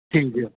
ਠੀਕ ਹੈ